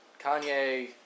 Kanye